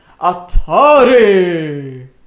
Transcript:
Atari